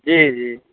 जी जी